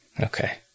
okay